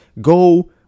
go